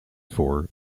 for